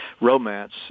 romance